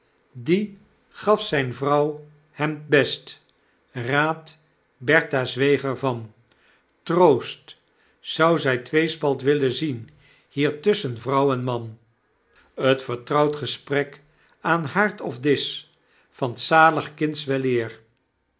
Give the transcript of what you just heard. die gaf zijn vrouw hem t best baad bertha zweeg er van troost zou zjj tweespalt willen zien hier tusschen vrouw en man t vertrouwd gesprek aan haard of discb van t zalig kindsch weleer